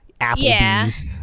Applebee's